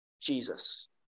Jesus